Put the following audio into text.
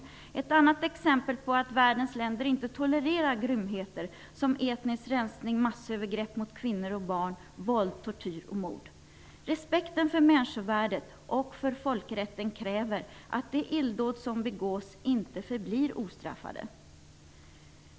Det är ett annat exempel på att världens länder inte tolererar grymheter såsom etnisk resning, massövergrepp mot kvinnor och barn, våld, tortyr och mord. Respekten för människovärdet och för folkrätten kräver att de illdåd som begås inte förblir ostraffade.